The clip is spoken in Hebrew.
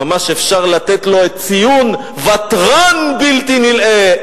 ממש אפשר לתת לו את הציון "ותרן בלתי נלאה".